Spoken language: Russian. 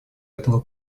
этому